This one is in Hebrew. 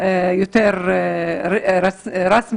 או שיש שיקולים אחרים.